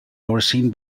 overseen